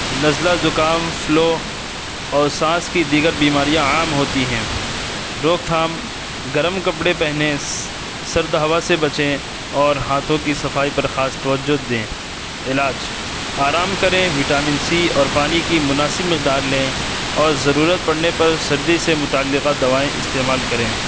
نزلہ زکام فلو اور سانس کی دیگر بیماریاں عام ہوتی ہیں روک تھام گرم کپڑے پہنیں سرد ہوا سے بچیں اور ہاتھوں کی صفائی پر خاص توجہ دیں علاج آرام کریں وٹامن سی اور پانی کی مناسب مقدار لیں اور ضرورت پڑنے پر سردی سے متعلقہ دوائیں استعمال کریں